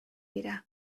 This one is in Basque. dira